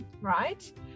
right